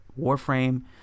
warframe